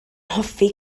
hoffi